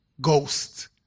Ghost